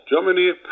Germany